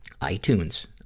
iTunes